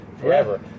forever